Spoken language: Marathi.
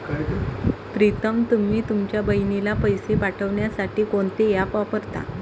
प्रीतम तुम्ही तुमच्या बहिणीला पैसे पाठवण्यासाठी कोणते ऍप वापरता?